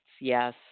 yes